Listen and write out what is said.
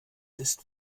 ist